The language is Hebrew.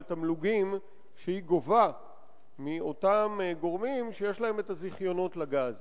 התמלוגים שהיא גובה מאותם גורמים שיש להם את הזיכיונות לגז.